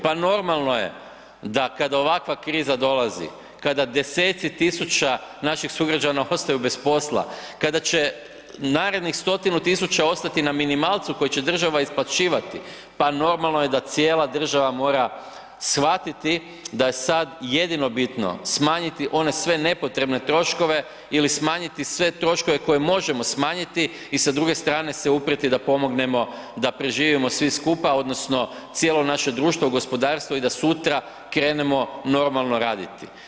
Pa normalno je da kada ova kriza dolazi, kada deseci tisuća naših sugrađana ostaju bez posla, kada će narednih stotinu tisuća ostati na minimalcu koji će država isplaćivati, pa normalno je da cijela država mora shvatiti da je sad jedino bitno smanjiti one sve nepotrebne troškove ili smanjiti sve troškove koje možemo smanjiti i sa druge strane se uprijeti da pomognemo da preživimo svi skupa odnosno cijelo naše društvo, gospodarstvo i da sutra krenemo normalno raditi.